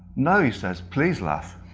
no he says, please laugh.